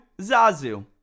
Zazu